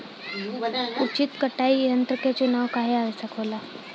उचित कटाई यंत्र क चुनाव काहें आवश्यक होला?